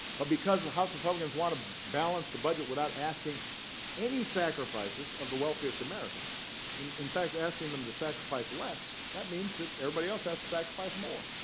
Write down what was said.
but because house republicans want to balance the budget without asking any sacrifices of the wealthiest americans in in fact, asking them to sacrifice less that means that everybody else has to sacrifice more.